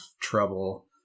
trouble